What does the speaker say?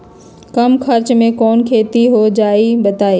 कम खर्च म कौन खेती हो जलई बताई?